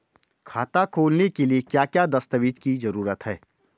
खाता खोलने के लिए क्या क्या दस्तावेज़ की जरूरत है?